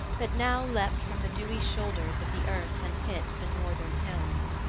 that now leapt from the dewy shoulders of the earth, and hit the northern hills.